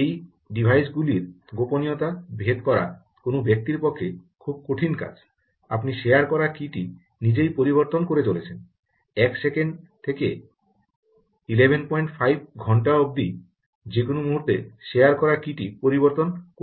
এই ডিভাইস গুলির গোপনীয়তা ভেদ করাটা কোনও ব্যক্তির পক্ষে খুব কঠিন কাজ আপনি শেয়ার করা কী টি নিজেই পরিবর্তন করে চলেছেন এক সেকেন্ড থেকে 115 ঘন্টা অবধি যেকোনো মুহূর্তে শেয়ার করা কী টি পরিবর্তন করে চলেছেন